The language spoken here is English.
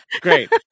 Great